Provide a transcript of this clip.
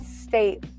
state